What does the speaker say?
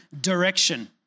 direction